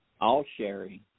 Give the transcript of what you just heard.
all-sharing